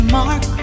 mark